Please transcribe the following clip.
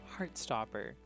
Heartstopper